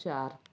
चार